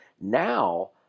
Now